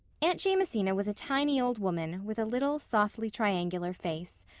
aunt jamesina was a tiny old woman with a little, softly-triangular face,